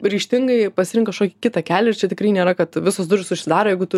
ryžtingai pasirink kažkokį kitą kelią ir čia tikrai nėra kad visos durys užsidaro jeigu tu